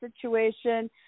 situation